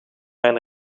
mijn